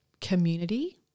community